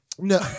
No